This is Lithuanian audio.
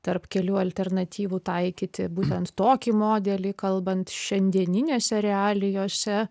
tarp kelių alternatyvų taikyti būtent tokį modelį kalbant šiandieninėse realijose